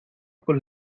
con